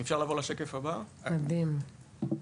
מדהים.